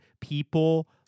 people